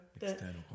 External